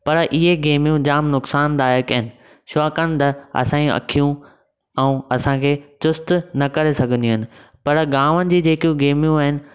पर इहे गेमियूं जाम नुक़सानदाइक आहिनि छाकाणि त असायूं अखियूं ऐं असां खे चुस्त न करे सघंदियूं आहिनि पर गांवनि जी जेके गेमियूं आहिनि